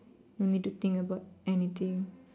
no need to think about anything